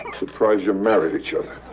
surprised you married each other.